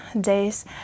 days